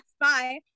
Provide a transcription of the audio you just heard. Bye